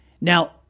Now